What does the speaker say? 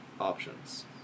options